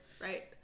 right